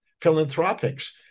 philanthropics